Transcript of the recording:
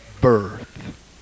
birth